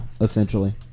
essentially